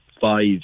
five